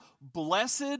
Blessed